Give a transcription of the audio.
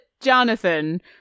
Jonathan